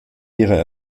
ihrer